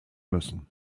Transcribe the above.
müssen